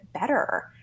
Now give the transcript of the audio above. better